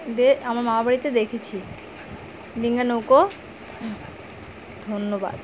দে আমার মা বাড়িতে দেখেছি ডিঙা নৌকো ধন্যবাদ